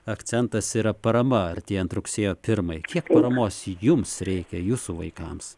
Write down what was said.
akcentas yra parama artėjant rugsėjo pirmai kiek paramos jums reikia jūsų vaikams